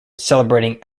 celebrating